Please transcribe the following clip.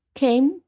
came